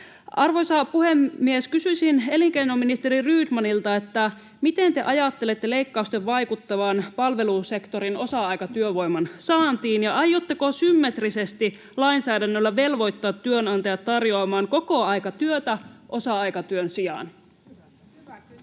Arvoisa puhemies! Kysyisin elinkeinoministeri Rydmanilta: miten te ajattelette leik-kausten vaikuttavan palvelusektorin osa-aikatyövoiman saantiin, ja aiotteko symmetrisesti lainsäädännöllä velvoittaa työnantajat tarjoamaan kokoaikatyötä osa-aikatyön sijaan? [Speech